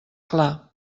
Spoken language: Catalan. clar